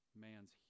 man's